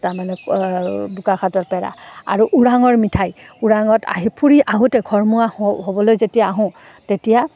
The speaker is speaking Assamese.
তাৰমানে বোকাখাটৰ পেৰা আৰু ওৰাঙৰ মিঠাই ওৰাঙত আহি ফুৰি আহোঁতে ঘৰমোৱা হ হ'বলৈ যেতিয়া আহোঁ তেতিয়া